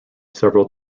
several